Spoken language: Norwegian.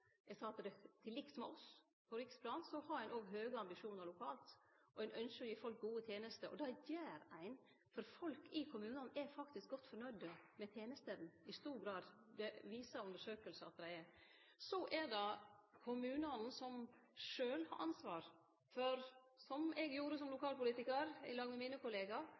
Eg sa at til liks med oss på riksplan, har ein òg høge ambisjonar lokalt og ein ynskjer å gi folk gode tenester. Og det gjer ein, for folk i kommunane er faktisk godt nøgde med tenestene, i stor grad. Det viser undersøkingar at dei er. Det er kommunane som sjølve har ansvar, som eg hadde som lokalpolitikar i lag med mine